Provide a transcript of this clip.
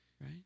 right